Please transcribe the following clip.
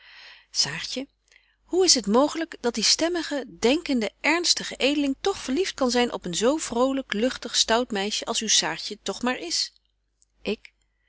saartje hoe is t mooglyk dat die stembetje wolff en aagje deken historie van mejuffrouw sara burgerhart mige denkende ernstige edeling toch verlieft kan zyn op een zo vrolyk lugtig stout meisje als uw saartje toch maar is